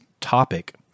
topic